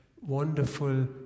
wonderful